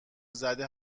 زده